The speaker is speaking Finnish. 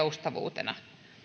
joustavuutena